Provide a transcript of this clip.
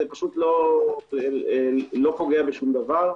זה לא פוגע בשום דבר.